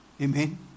Amen